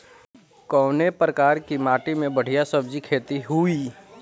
कवने प्रकार की माटी में बढ़िया सब्जी खेती हुई?